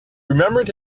remembered